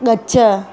ॻच